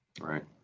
right